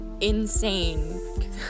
insane